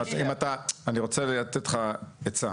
אם אתה, אני רוצה לתת לך עצה.